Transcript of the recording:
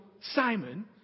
Simon